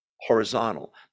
horizontal